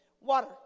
Water